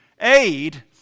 aid